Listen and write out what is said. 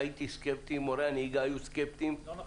לא נכון,